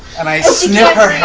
and i sniff her hair,